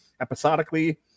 episodically